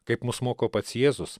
kaip mus moko pats jėzus